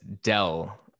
Dell